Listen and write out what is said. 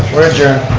we're adjourned.